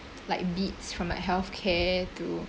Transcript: like beats from like healthcare to